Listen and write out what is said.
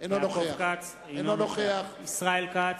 אינו נוכח ישראל כץ,